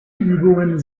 übungen